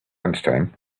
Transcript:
lunchtime